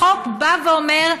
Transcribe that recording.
החוק בא ואומר: